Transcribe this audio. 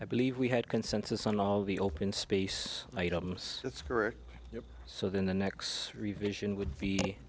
i believe we had consensus on all the open space items that's correct so the next revision would be